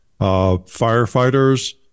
firefighters